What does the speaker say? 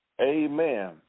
Amen